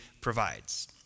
provides